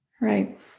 Right